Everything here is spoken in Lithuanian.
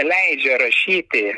leidžia rašyti